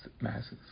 masses